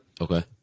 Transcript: Okay